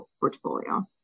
portfolio